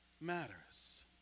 matters